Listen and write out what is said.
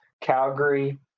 Calgary